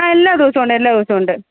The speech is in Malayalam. ആ എല്ലാ ദിവസവുമുണ്ട് എല്ലാ ദിവസവുമുണ്ട്